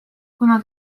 kuna